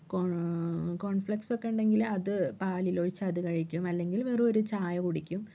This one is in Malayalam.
കോൺ കോണ്ഫ്ലെക്സൊ ഒക്കെ ഉണ്ടെങ്കില് അത് പാലില് ഒഴിച്ച് അത് കഴിക്കും അല്ലെങ്കില് വെറും ഒരു ചായ കുടിക്കും